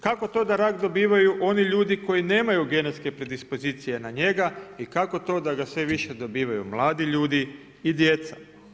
Kako to da rak dobivaju oni ljudi koji nemaju genetske predispozicije na njega i kako to da ga sve više dobivaju mladi ljudi i djeca?